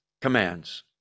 commands